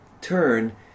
turn